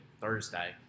Thursday